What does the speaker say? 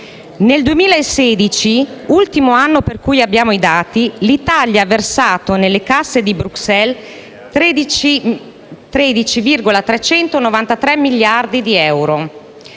Nel 2016, ultimo anno per cui abbiamo i dati, l'Italia ha versato nelle casse di Bruxelles 13,393 miliardi di euro.